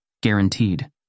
Guaranteed